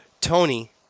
Tony